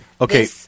Okay